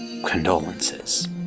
condolences